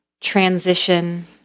transition